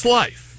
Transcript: life